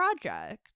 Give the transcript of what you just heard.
project